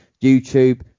youtube